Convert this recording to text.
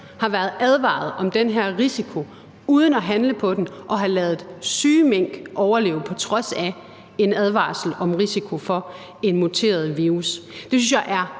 har været advaret om den her risiko uden at handle på den og har ladet syge mink overleve på trods af en advarsel om risiko for en muteret virus. Det synes jeg